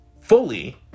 fully